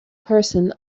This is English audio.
person